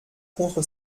contre